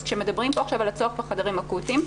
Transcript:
אז כשמדברים על הצורך בחדרים אקוטיים,